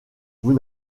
vous